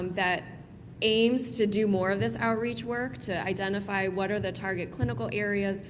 um that aims to do more of this outreach work to identify what are the target clinical areas,